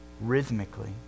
Rhythmically